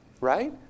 right